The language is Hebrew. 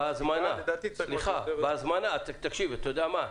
לדעתי צריך משהו יותר -- אתה יודע מה?